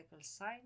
sign